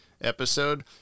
episode